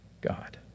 God